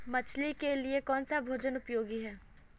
मछली के लिए कौन सा भोजन उपयोगी है?